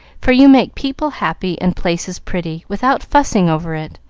for you make people happy and places pretty, without fussing over it.